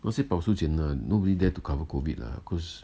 not say 保输钱 lah no body dare cover COVID lah because